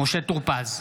משה טור פז,